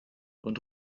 und